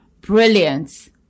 brilliance